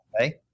Okay